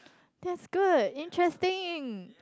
that's good interesting